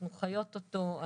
אנחנו חיות אותו,